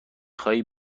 خواهی